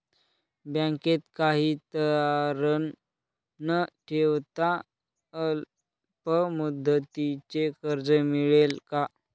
बँकेत काही तारण न ठेवता अल्प मुदतीचे कर्ज मिळेल का?